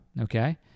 okay